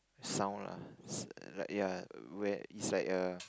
sound lah s~ like ya where is like a